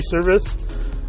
service